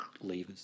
levers